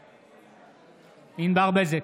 בעד ענבר בזק,